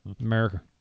America